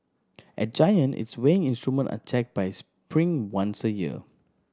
at Giant its weighing instrument are checked by Spring once a year